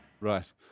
Right